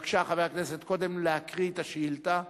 בבקשה, חבר הכנסת, קודם להקריא את השאילתא,